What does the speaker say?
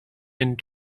and